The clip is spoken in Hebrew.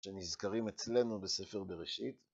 ‫שנזכרים אצלנו בספר בראשית.